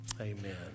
Amen